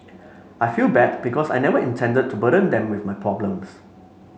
I feel bad because I never intended to burden them with my problems